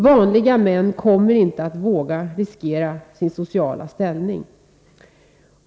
”Vanliga” män kommer inte att våga riskera sin sociala ställning.